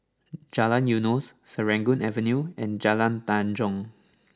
Jalan Eunos Serangoon Avenue and Jalan Tanjong